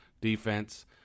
defense